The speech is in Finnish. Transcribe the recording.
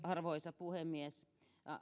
arvoisa puhemies